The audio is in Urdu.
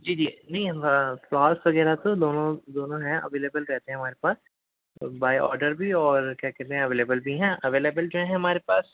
جی جی نہیں فلوورس وغیرہ تو دونوں دونوں ہیں اویلیبل رہتے ہیں ہمارے پاس بائی آرڈر بھی اور کیا کہتے ہیں اویلیبل بھی ہیں اویلیبل جو ہیں ہمارے پاس